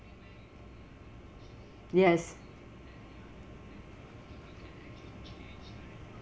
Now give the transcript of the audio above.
yes